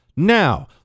Now